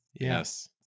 Yes